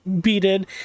beaten